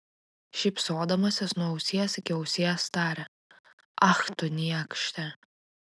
šypsodamasis nuo ausies iki ausies tarė ach tu niekše